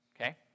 okay